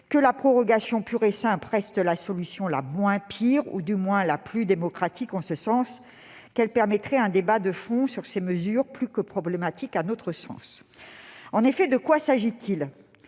que la prorogation pure et simple reste la solution la moins pire, ou du moins la plus démocratique, en ce qu'elle permettrait un débat de fond sur ces mesures plus que problématiques à notre sens. En effet, de quoi s'agit-il ?